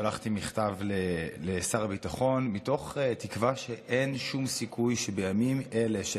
שלחתי מכתב לשר הביטחון מתוך תקווה שאין שום סיכוי שבימים אלה של